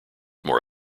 more